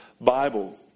Bible